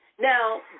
now